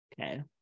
okay